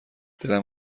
دلم